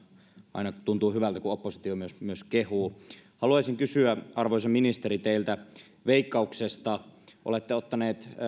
aina tuntuu hyvältä kun oppositio myös myös kehuu haluaisin kysyä arvoisa ministeri teiltä veikkauksesta olette ottanut